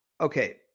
Okay